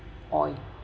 oil